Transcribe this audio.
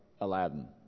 Aladdin